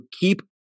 keep